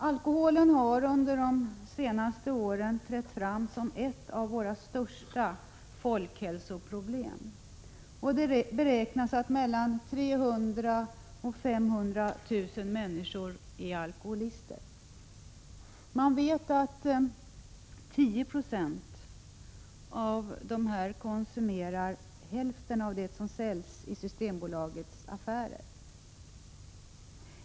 Alkoholen har under de senaste åren trätt fram som ett av våra största folkhälsoproblem. Det beräknas att mellan 300 000 och 500 000 människor är alkoholister. Man vet att 10 26 av dessa konsumerar hälften av det som säljs i Systembolagets affärer.